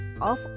off